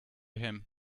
him